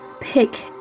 pick